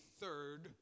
third